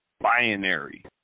binary